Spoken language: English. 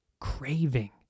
craving